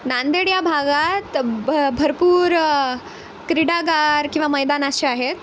नांदेड या भागात भ भरपूर क्रीडागार किंवा मैदान असे आहेत